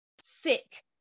sick